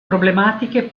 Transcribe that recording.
problematiche